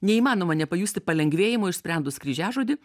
neįmanoma nepajusti palengvėjimo išsprendus kryžiažodį